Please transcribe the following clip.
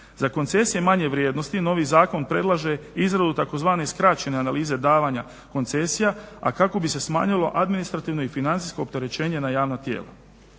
Za koncesije manje vrijednosti novi zakon predlaže izradu tzv. skraćene analize davanja koncesija, a kako bi se smanjilo administrativno i financijsko opterećenje na javna tijela.